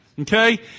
Okay